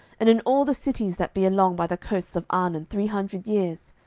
and in all the cities that be along by the coasts of arnon, three hundred years?